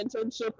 internship